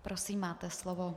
Prosím, máte slovo.